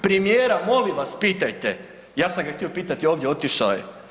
Premijera molim vas pitajte, ja sam ga htio pitati ovdje, otišao je.